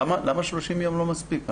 למה 30 יום לא מספיקים?